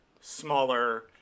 smaller